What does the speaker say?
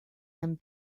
and